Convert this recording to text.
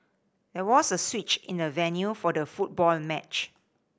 there was a switch in the venue for the football match